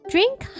Drink